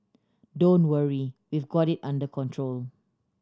don't worry we've got it under control